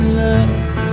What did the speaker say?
love